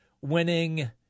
winning